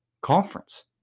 conference